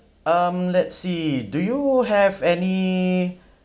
um let's see do you have any